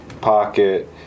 Pocket